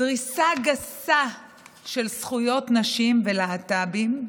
דריסה גסה של זכויות נשים ולהט"בים,